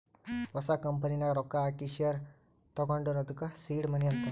ಹೊಸ ಕಂಪನಿ ನಾಗ್ ರೊಕ್ಕಾ ಹಾಕಿ ಶೇರ್ ತಗೊಂಡುರ್ ಅದ್ದುಕ ಸೀಡ್ ಮನಿ ಅಂತಾರ್